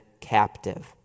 captive